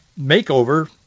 makeover